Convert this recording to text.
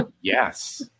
Yes